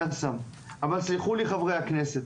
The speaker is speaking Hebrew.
אבל סלחו לי חברי הכנסת,